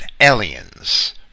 aliens